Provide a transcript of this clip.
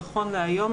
נכון להיום,